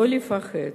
לא לפחד.